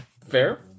Fair